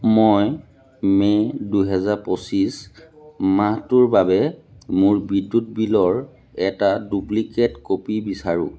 মই মে' দুহেজাৰ পঁচিছ মাহটোৰ বাবে মোৰ বিদ্যুৎ বিলৰ এটা ডুপ্লিকেট কপি বিচাৰোঁ